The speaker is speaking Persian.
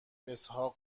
اسحاق